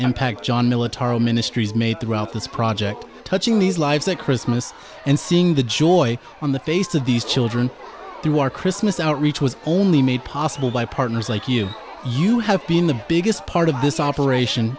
impact john military ministries made throughout this project touching these lives that christmas and seeing the joy on the face of these children through our christmas outreach was only made possible by partners like you you have been the biggest part of this operation